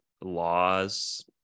laws